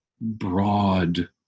broad